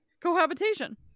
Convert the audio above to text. cohabitation